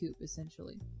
essentially